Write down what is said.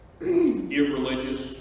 irreligious